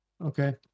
Okay